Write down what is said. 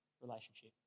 relationship